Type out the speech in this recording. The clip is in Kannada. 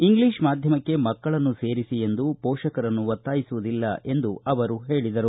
ಇಂಗ್ಲೀಷ್ ಮಾಧ್ಯಮಕ್ಕೆ ಮಕ್ಕಳನ್ನು ಸೇರಿಸಿ ಎಂದು ಪೋಷಕರನ್ನು ಒತ್ತಾಯಿಸುವುದಿಲ್ಲ ಎಂದು ಅವರು ಹೇಳಿದರು